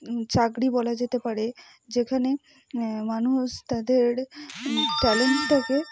চাকরি বলা যেতে পারে যেখানে মানুষ তাদের ট্যালেন্টটাকে